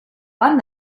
lend